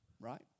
right